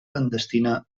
clandestina